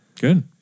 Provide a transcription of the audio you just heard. Good